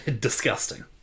disgusting